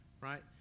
Right